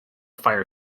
fire